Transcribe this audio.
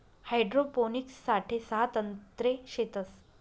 hydroponics साठे सहा तंत्रे शेतस